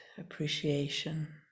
appreciation